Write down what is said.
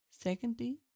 Secondly